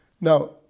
Now